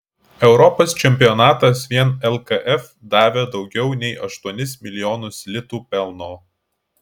europos čempionatas vien lkf davė daugiau nei aštuonis milijonus litų pelno